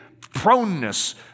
proneness